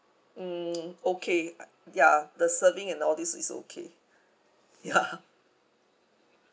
mm okay uh ya the serving and all this is okay ya